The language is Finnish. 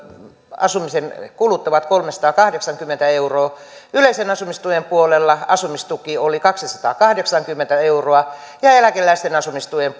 asumisen kulut ovat kolmesataakahdeksankymmentä euroa yleisen asumistuen puolella asumistuki oli kaksisataakahdeksankymmentä euroa ja eläkeläisten asumistuen